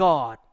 God